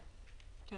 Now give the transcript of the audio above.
אני